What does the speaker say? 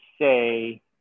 say